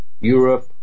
Europe